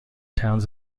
towns